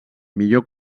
millor